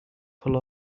pull